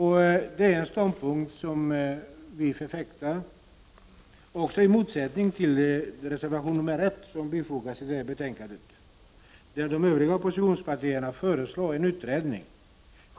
Detta är en ståndpunkt som vi förfäktar, också i motsättning till reservation 1, som fogats till detta betänkande, där de övriga oppositionspartierna föreslår en utredning.